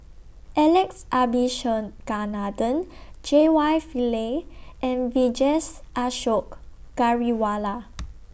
Alex Abisheganaden J Y Pillay and Vijesh Ashok Ghariwala